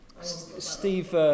Steve